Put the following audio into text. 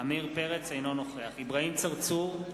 אינו נוכח אברהים צרצור,